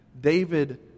David